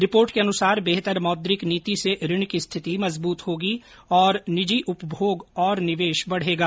report के अनुसार बेहतर मौद्रिक नीति से ऋण की स्थिति मजबूत होगी और निजी उपभोग और निवेश बढ़ेगा